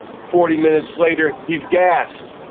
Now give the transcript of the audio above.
forty minutes later he is gassed.